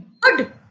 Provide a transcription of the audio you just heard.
good